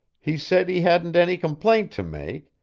he said he hadn't any complaint to make,